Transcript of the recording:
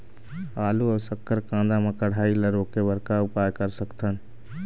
आलू अऊ शक्कर कांदा मा कढ़ाई ला रोके बर का उपाय कर सकथन?